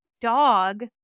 dog